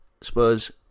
Spurs